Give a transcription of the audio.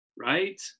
Right